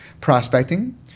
prospecting